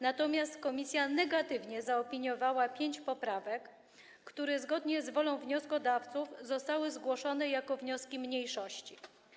Natomiast komisja negatywnie zaopiniowała 5 poprawek, które zgodnie z wolą wnioskodawców zostały zgłoszone jako wnioski mniejszości.